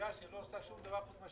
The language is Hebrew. שלא עושה שום דבר טוב פרט